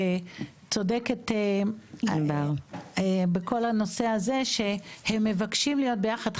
צודקת ענבר בכל הנושא הזה שהם מבקשים להיות ביחד.